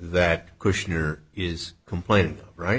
that cushion here is complaint right